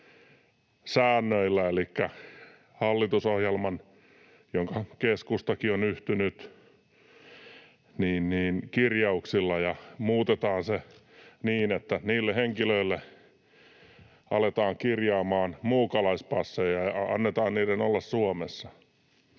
säännöillä elikkä sen hallitusohjelman kirjauksilla, johonka keskustakin on yhtynyt, ja muutetaan se niin, että niille henkilöille aletaan kirjaamaan muukalaispasseja ja annetaan niiden olla Suomessa.